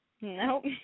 Nope